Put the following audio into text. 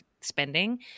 spending